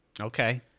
Okay